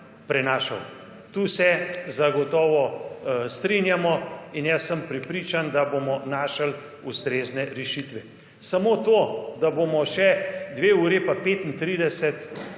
prenašal. Tukaj se zagotovo strinjamo in jaz sem prepričan, da bomo našli ustrezne rešitve. Samo to, da bomo še 2 uri pa 35